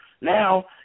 Now